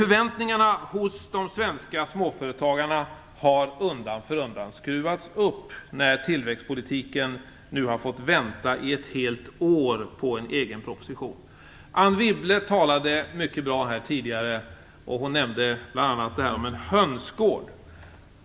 Förväntningarna hos de svenska småföretagarna har undan för undan skruvats upp när tillväxtpolitiken nu fått vänta i ett helt år på en egen proposition. Anne Wibble talade mycket bra här tidigare. Hon nämnde bl.a. en hönsgård.